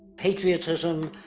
patriotism,